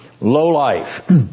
Lowlife